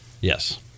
Yes